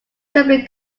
simply